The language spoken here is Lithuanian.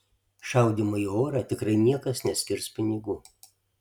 šaudymui į orą tikrai niekas neskirs pinigų